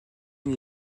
une